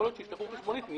כל עוד הם ישלחו חשבונית, אני